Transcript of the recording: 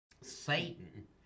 Satan